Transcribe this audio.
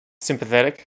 sympathetic